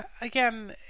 again